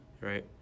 right